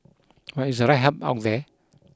but is the right help out there